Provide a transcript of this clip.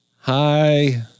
hi